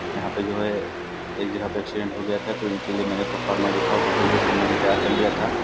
यहाँ पे जो है एक जगह पे एक्सिडेन्ट हो गया था तो इनके लिए मैंने प्रोफ़ार्मा जो था वो कम्प्यूटर से ही मैंने तैयार कर लिया था